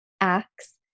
acts